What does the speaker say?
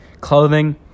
clothing